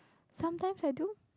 sometimes I do